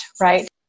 right